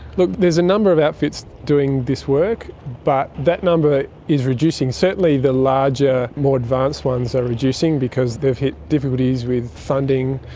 look, there's a number of outfits doing this work, but that number is reducing. certainly the larger more advanced ones are reducing because they've hit difficulties with funding,